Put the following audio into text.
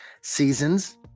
seasons